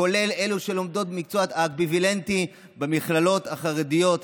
כולל אלה שלומדות מקצועות אמביוולנטיים במכללות החרדיות.